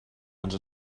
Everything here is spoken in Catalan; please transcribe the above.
ens